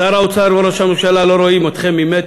שר האוצר וראש הממשלה לא רואים ממטר.